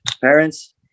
parents